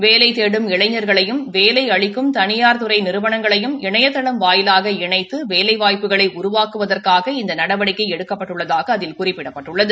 வேலை தேடும் இளைஞர்களையும் வேலை அளிக்கும் தனியார் துறை நிறுவனங்களையும் இணையதளம் வாயிலாக இணைத்து வேலைவாய்ப்புக்களை உருவாக்குவதற்காக இந்த நடவடிக்கை எடுக்கப்பட்டுள்ளதாக அதில் குறிப்பிடப்பட்டுள்ளது